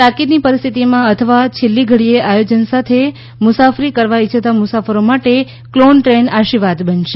તાકીદની પરિસ્થિતિમાં અથવા છેલ્લી ઘડીએ આયોજન સાથે મુસાફરી કરવા ઈચ્છતા મુસાફરો માટે ક્લોન ટ્રેન આશિર્વાદ બનશે